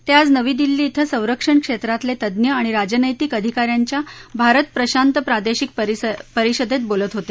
ते आज नवी दिल्ली िं संरक्षण क्षेत्रातले तज्ञ आणि राजनैतिक अधिकाऱ्यांच्या भारत प्रशांत प्रादेशिक परिषदेत बोलत होते